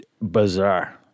bizarre